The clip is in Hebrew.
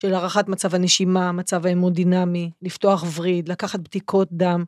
של הערכת מצב הנשימה, מצב האימון דינמי, לפתוח וריד, לקחת בדיקות דם.